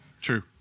True